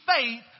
faith